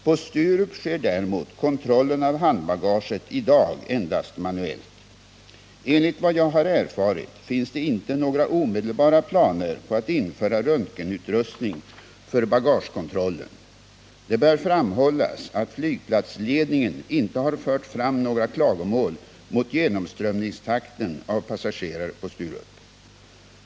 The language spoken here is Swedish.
På Sturup sker däremot kontrollen av handbagaget i dag endast manuellt. Enligt vad jag har erfarit finns det inte några omedelbara planer på att införa röntgenutrustning för bagagekontrollen. Det bör framhållas att flygplatsledningen inte har fört fram några klagomål mot genomströmningstakten av passagerare på Sturup.